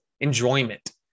Enjoyment